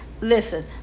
Listen